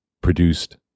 produced